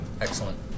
Excellent